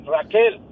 Raquel